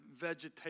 vegetation